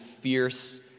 fierce